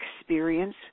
experience